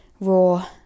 raw